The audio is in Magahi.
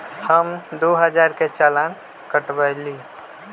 हम दु हजार के चालान कटवयली